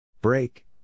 Break